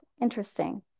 interesting